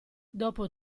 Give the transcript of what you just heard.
dopo